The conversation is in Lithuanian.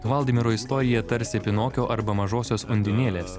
hvaldimiro istorija tarsi pinokio arba mažosios undinėlės